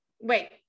Wait